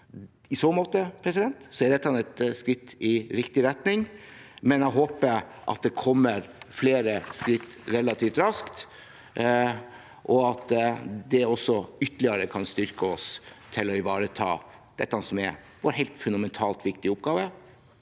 I så måte er dette et skritt i riktig retning, men jeg håper at det kommer flere skritt relativt raskt, og at det ytterligere kan styrke oss til å ivareta dette som er vår helt fundamentalt viktige oppgave